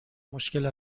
مشکل